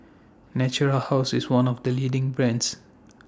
Natura House IS one of The leading brands